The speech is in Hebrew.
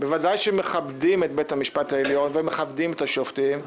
בוודאי שמכבדים את בית המשפט העליון ומכבדים את השופטים.